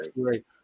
great